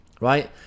right